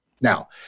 Now